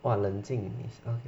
!wah! 冷静